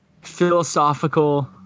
philosophical